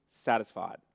satisfied